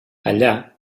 allà